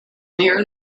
near